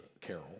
Carol